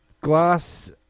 glass